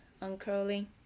uncurling